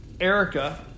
Erica